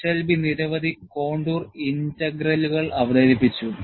Eshelby നിരവധി contour ഇന്റഗ്രലുകൾ അവതരിപ്പിച്ചു